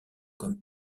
comme